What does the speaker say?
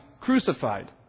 crucified